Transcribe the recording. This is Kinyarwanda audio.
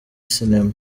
sinema